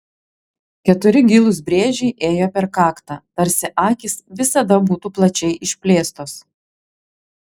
keturi gilūs brėžiai ėjo per kaktą tarsi akys visada būtų plačiai išplėstos